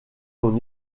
ton